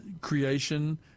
creation